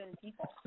people